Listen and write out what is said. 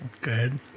good